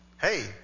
hey